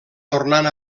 tornant